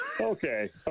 okay